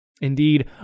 Indeed